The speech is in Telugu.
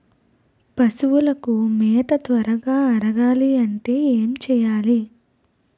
పశువులకు మేత త్వరగా అరగాలి అంటే ఏంటి చేయాలి?